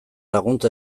laguntza